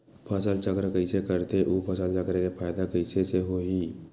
फसल चक्र कइसे करथे उ फसल चक्र के फ़ायदा कइसे से होही?